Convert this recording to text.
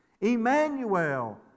Emmanuel